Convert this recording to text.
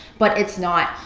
but it's not.